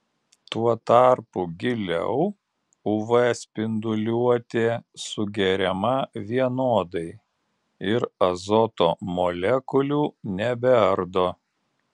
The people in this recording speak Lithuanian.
tuo tarpu giliau uv spinduliuotė sugeriama vienodai ir azoto molekulių nebeardo